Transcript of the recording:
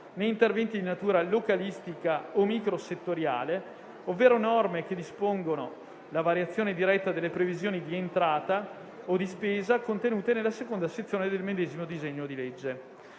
né interventi di natura localistica o microsettoriale ovvero norme che dispongono la variazione diretta delle previsioni di entrata o di spesa contenute nella seconda sezione del medesimo disegno di legge.